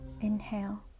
Inhale